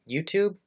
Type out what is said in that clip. YouTube